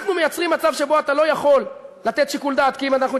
אנחנו מייצרים מצב שבו אתה לא יכול לתת שיקול דעת,